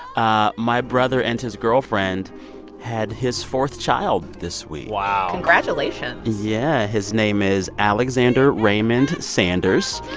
ah my brother and his girlfriend had his fourth child this week wow congratulations yeah. his name is alexander raymond sanders.